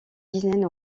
dizaine